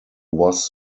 was